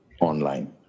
online